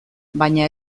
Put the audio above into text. baina